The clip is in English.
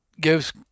gives